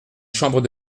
chambre